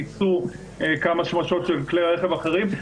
נפצו כמה שמשות של כלי רכב אחרים.